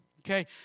okay